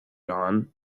dawn